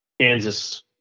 Kansas